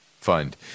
fund